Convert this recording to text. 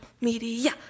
media